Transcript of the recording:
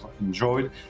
enjoyed